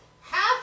half